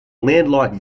landlocked